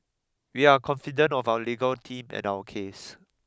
we are confident of our legal team and our case